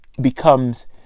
becomes